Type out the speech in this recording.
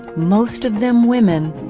most of them women,